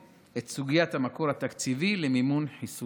לתעדף חיסון נגד שפעת במינון גבוה לבני 65 פלוס על פני חיסון